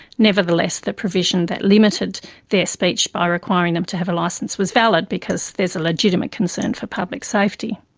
nevertheless the provision that limited their speech by requiring them to have a licence was valid because there is a legitimate concern for public safety.